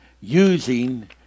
using